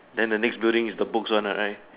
then the next building is the books one ah right